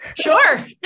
Sure